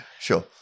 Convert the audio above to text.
sure